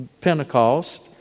Pentecost